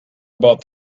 about